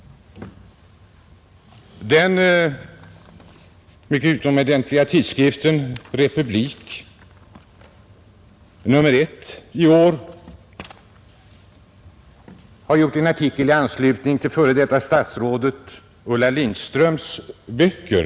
Den mycket utomordentliga tidskriften Republik innehåller i nr I i år en artikel i anslutning till före detta statsrådet Ulla Lindströms böcker.